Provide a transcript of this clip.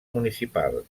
municipal